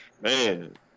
man